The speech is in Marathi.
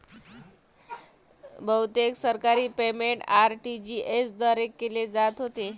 बहुतेक सरकारी पेमेंट आर.टी.जी.एस द्वारे केले जात होते